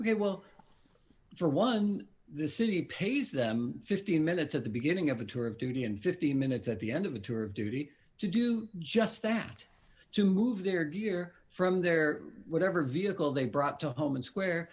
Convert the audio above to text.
we will for one the city pays them fifteen minutes of the beginning of a tour of duty and fifteen minutes at the end of a tour of duty to do just that to move their gear from their whatever vehicle they brought to home and